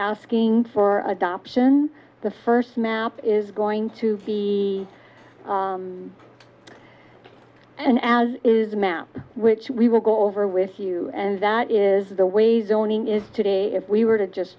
asking for adoption the first map is going to be an as is a map which we will go over with you and that is the ways owning is today if we were to just